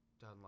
done